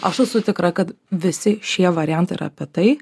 aš esu tikra kad visi šie variantai yra apie tai